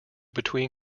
between